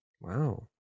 Wow